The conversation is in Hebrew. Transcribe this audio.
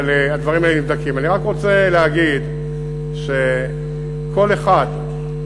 אני רק רוצה להגיד שכל אחד,